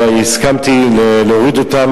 אבל הסכמתי להוריד אותן,